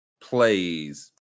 plays